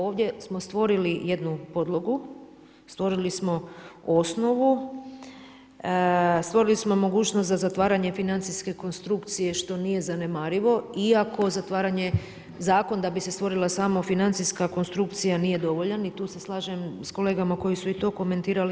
Ovdje smo stvorili jednu podlogu, stvorili smo osnovu, stvorili smo mogućnost za zatvaranje financijske konstrukcije što nije zanemarivo, iako zatvaranje zakon da bi se stvorila samo financijska konstrukcija nije dovoljan i tu se slažem sa kolegama koji su i to komentirali.